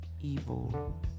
evil